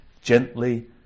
Gently